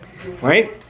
Right